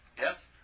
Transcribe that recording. Yes